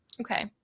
okay